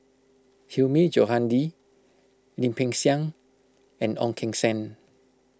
Hilmi Johandi Lim Peng Siang and Ong Keng Sen